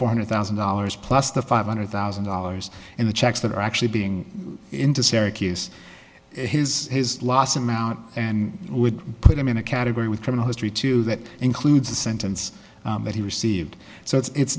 four hundred thousand dollars plus the five hundred thousand dollars in the checks that are actually being into sarah case his his loss amount and would put him in a category with criminal history to that includes the sentence that he received so it's